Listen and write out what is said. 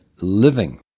living